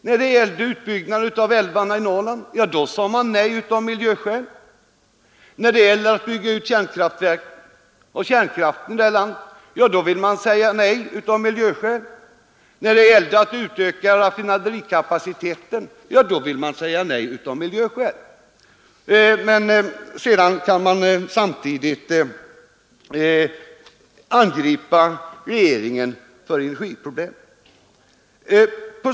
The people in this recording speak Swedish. När det gäller utbyggnaden av älvarna i Norrland sade man nej av miljöskäl, när det gäller att bygga ut kärnkraften här i landet säger man också nej av miljöskäl, och när det är fråga om att utöka raffinaderikapaciteten säger centern likaledes nej av miljöskäl. Men samtidigt angriper centern regeringen för energiproblemet.